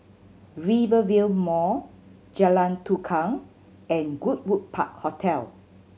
Rivervale Mall Jalan Tukang and Goodwood Park Hotel